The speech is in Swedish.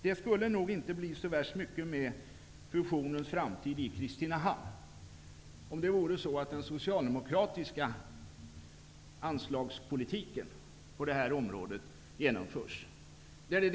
Det skulle nog inte bli så värst mycket med fusionens framtid i Kristinehamn om den socialdemokratiska anslagspolitiken på det här området genomfördes.